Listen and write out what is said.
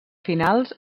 finals